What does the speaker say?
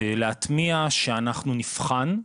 להטמיע שאנחנו נבחן,